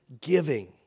giving